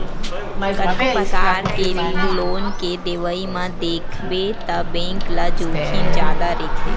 कतको परकार के लोन के देवई म देखबे त बेंक ल जोखिम जादा रहिथे